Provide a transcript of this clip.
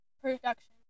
Production